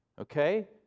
Okay